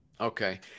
Okay